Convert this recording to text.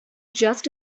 just